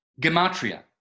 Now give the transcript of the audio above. gematria